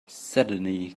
suddenly